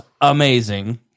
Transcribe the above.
amazing